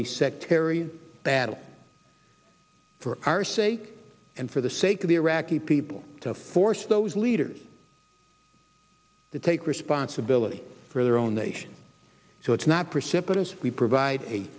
a sectarian battle for our sake and for the sake of the iraqi people to force those leaders to take responsibility for their own nation so it's not precipitous we provide a